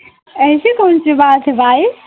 ऐसी कौन सी बात है भाई